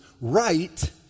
right